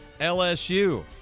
LSU